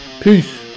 Peace